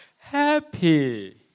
happy